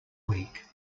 week